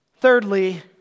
Thirdly